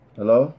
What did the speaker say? hello